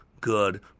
good